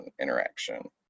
interaction